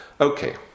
Okay